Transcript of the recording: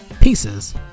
pieces